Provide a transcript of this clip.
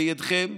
בידיכם,